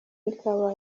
ikaba